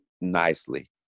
nicely